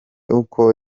uko